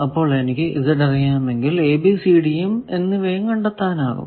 അപ്പോൾ എനിക്ക് Z അറിയാമെങ്കിൽ abcd എന്നിവയും കണ്ടെത്താനാകും